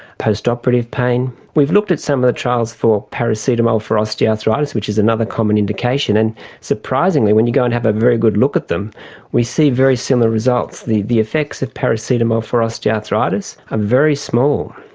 post-operative pain. we looked at some of the trials for paracetamol for osteoarthritis, which is another common indication, and surprisingly when you go and have a very good look at them we see very similar results. the the effects of paracetamol for osteoarthritis are very small.